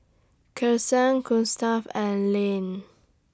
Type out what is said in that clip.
Kelsey Gustaf and Lane